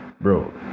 bro